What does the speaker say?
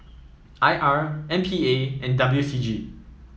I R M P A and W C G